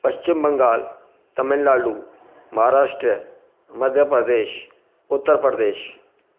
Paschim Bengal Tamil Nadu Maharashtra Madhya Pradesh Uttar Pradesh